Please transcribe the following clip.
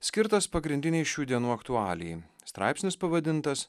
skirtas pagrindinei šių dienų aktualijai straipsnis pavadintas